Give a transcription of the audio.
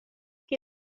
que